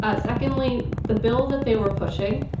ah secondly, the bill that they were pushing,